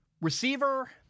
Receiver